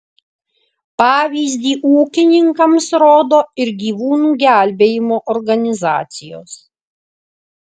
pavyzdį ūkininkams rodo ir gyvūnų gelbėjimo organizacijos